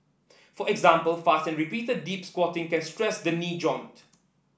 for example fast and repeated deep squatting can stress the knee joint